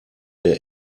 der